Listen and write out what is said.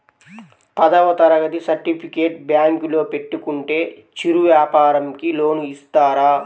పదవ తరగతి సర్టిఫికేట్ బ్యాంకులో పెట్టుకుంటే చిరు వ్యాపారంకి లోన్ ఇస్తారా?